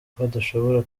badashobora